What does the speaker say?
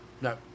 No